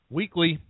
weekly